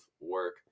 work